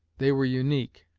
they were unique